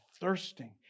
thirsting